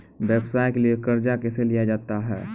व्यवसाय के लिए कर्जा कैसे लिया जाता हैं?